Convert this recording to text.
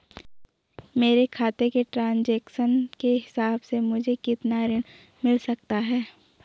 मेरे खाते के ट्रान्ज़ैक्शन के हिसाब से मुझे कितना ऋण मिल सकता है?